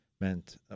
meant